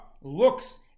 looks